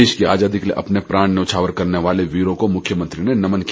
देश की आजादी के लिए अपने प्राण न्यौछावर करने वाले वीरों को मुख्यमंत्री ने नमन किया